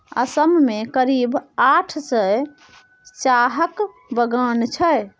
असम मे करीब आठ सय चाहक बगान छै